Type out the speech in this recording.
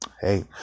Hey